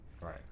Right